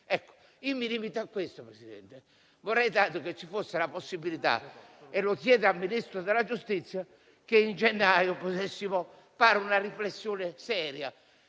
nulla. Io mi limito a questo, Presidente. Vorrei tanto che ci fosse la possibilità - e lo chiedo al Ministro della giustizia - di fare in gennaio una riflessione seria,